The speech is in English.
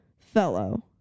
fellow